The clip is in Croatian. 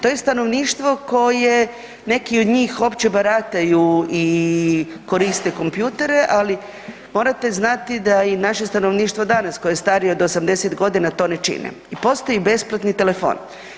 To je stanovništvo koje neki od njih uopće barataju i koriste kompjutere, ali morate znati da i naše stanovništvo danas koje je starije od 80 godina to ne čine i postoji besplatni telefon.